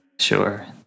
Sure